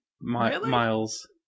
Miles